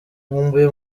nkumbuye